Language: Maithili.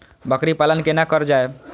बकरी पालन केना कर जाय?